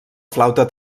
flauta